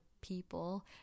people